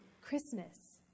Christmas